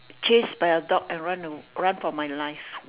chased by a dog and run run for my life